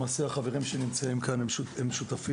למעשה, החברים שנמצאים כאן הם שותפים